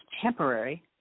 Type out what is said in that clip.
temporary